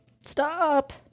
Stop